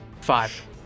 Five